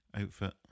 outfit